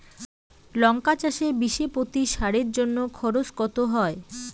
লঙ্কা চাষে বিষে প্রতি সারের জন্য খরচ কত হয়?